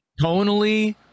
Tonally